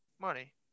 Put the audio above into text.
money